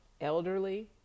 elderly